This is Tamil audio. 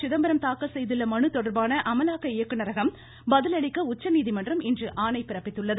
சிதம்பரம் தாக்கல் செய்துள்ள மனு தொடர்பாக அமலாக்க இயக்குநரம் பதிலளிக்க உச்சநீதிமன்றம் இன்று ஆணை பிறப்பித்துள்ளது